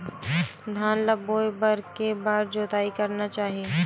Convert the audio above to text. धान ल बोए बर के बार जोताई करना चाही?